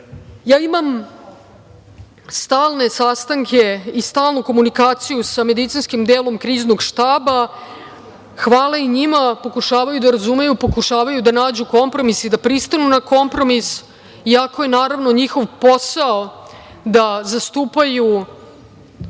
balans. Imam stalne sastanke i stalnu komunikaciju sa medicinskim delom kriznog štaba, hvala i njima, pokušavaju da razumeju, pokušavaju da nađu kompromis i da pristanu na kompromis iako je njihov posao da zastupaju